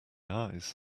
eyes